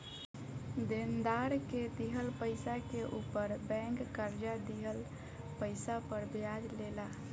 देनदार के दिहल पइसा के ऊपर बैंक कर्जा दिहल पइसा पर ब्याज ले ला